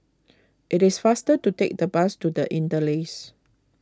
it is faster to take the bus to the Interlace